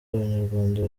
abanyarwanda